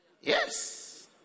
Yes